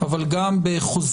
אבל גם בחוזקן,